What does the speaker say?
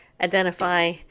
identify